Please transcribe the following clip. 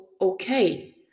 okay